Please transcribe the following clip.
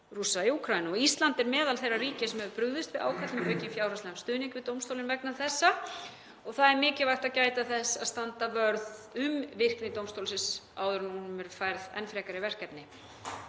Rússa í Úkraínu. Ísland er meðal þeirra ríkja sem hafa brugðist við ákalli um aukinn fjárhagslegan stuðning við dómstólinn vegna þessa og það er mikilvægt að gæta þess að standa vörð um virkni dómstólsins áður en honum verða færð enn frekari verkefni.